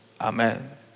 Amen